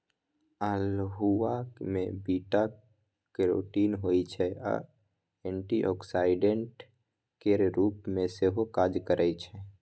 अल्हुआ मे beta carotene होइ छै आ एंटीआक्सीडेंट केर रुप मे सेहो काज करय छै